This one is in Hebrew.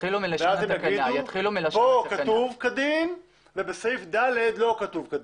אז הם יאמרו שכאן כתוב כדין ובסעיף אחר לא כתוב כדין.